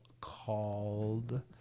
called